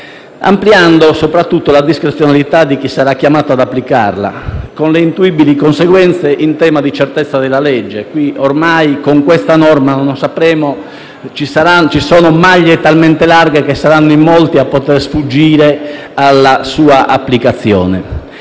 ampliando soprattutto la discrezionalità di chi sarà chiamato ad applicarla, con le intuibili conseguenze in tema di certezza della legge. Ormai, con questa norma ci sono maglie talmente larghe che saranno in molti a poter sfuggire alla sua applicazione.